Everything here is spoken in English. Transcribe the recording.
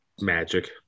Magic